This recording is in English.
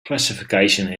classification